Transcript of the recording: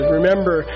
Remember